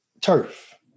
turf